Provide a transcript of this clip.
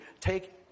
take